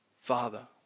Father